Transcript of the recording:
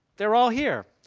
they're all here.